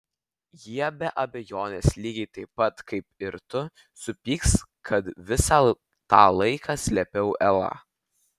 jie be abejonės lygiai taip pat kaip ir tu supyks kad visą tą laiką slėpiau elą